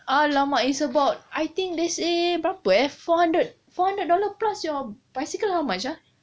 !alamak! it's about I think they say four hundred four hundred dollar plus your bicycle how much ah